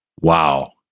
Wow